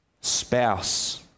Spouse